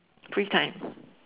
free time